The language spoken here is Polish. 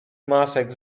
masek